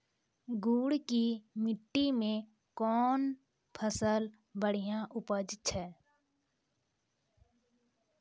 गुड़ की मिट्टी मैं कौन फसल बढ़िया उपज छ?